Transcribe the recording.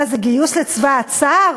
מה זה, גיוס לצבא הצאר?